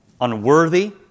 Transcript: Unworthy